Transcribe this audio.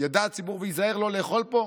ידע הציבור וייזהר לא לאכול פה?